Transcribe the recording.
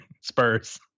Spurs